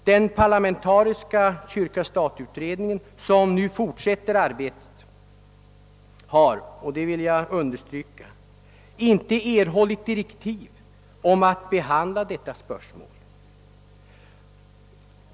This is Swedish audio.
Den parlamentariska kyrka—Sstat-utredning som nu fortsätter arbetet har — det vill jag understryka — inte erhållit direktiv om att behandla detta spörsmål.